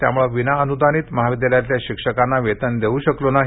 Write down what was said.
त्यामुळे विनाअनुदानित महाविद्यालयांतल्या शिक्षकांना वेतन देऊ शकलो नाही